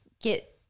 get